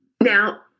Now